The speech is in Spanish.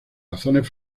razones